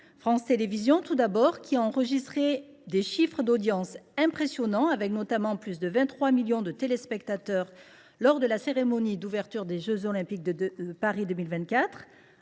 France Télévisions, tout d’abord, a enregistré des chiffres d’audience impressionnants, avec plus de 23 millions de téléspectateurs lors de la cérémonie d’ouverture des jeux Olympiques de Paris 2024.